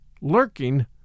lurking